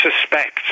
suspects